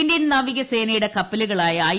Indian നാവിക സേനയുടെ കപ്പലുകളായ ഐ